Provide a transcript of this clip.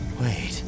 Wait